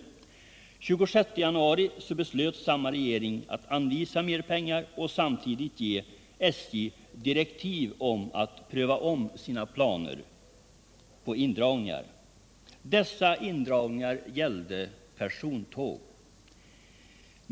Den 26 januari beslöt samma regering att anvisa mera pengar och samtidigt ge SJ direktiv om att pröva om sina planer på indragningar. Dessa indragningar gällde persontåg.